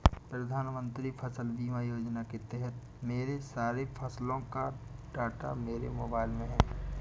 प्रधानमंत्री फसल बीमा योजना के तहत मेरे सारे फसलों का डाटा मेरे मोबाइल में है